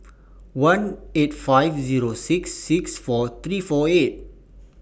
one eight five Zero six six four three four eight